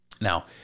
Now